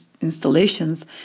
installations